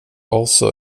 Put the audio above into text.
also